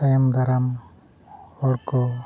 ᱛᱟᱭᱚᱢ ᱫᱟᱨᱟᱢ ᱦᱚᱲ ᱠᱚ